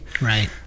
Right